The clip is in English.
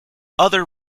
other